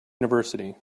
university